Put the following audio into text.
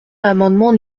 l’amendement